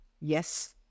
Yes